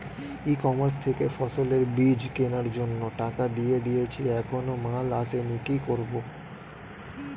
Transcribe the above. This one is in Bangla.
ই কমার্স থেকে ফসলের বীজ কেনার জন্য টাকা দিয়ে দিয়েছি এখনো মাল আসেনি কি করব?